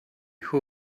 who